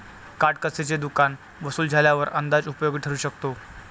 काटकसरीचे दुकान वसूल झाल्यावर अंदाज उपयोगी ठरू शकतो